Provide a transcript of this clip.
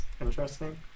interesting